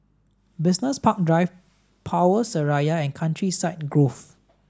Business Park Drive Power Seraya and Countryside Grove